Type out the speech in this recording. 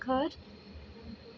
घर